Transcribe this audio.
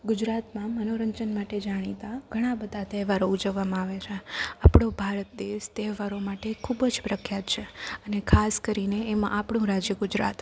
ગુજરાતમાં મનોરંજન માટે જાણીતા ઘણા બધા તહેવારો ઉજવવામાં આવે છે આપણો ભારત દેશ તહેવારો માટે ખૂબ જ પ્રખ્યાત છે અને ખાસ કરીને એમાં આપણું રાજ્ય ગુજરાત